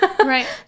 right